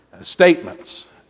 statements